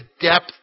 depth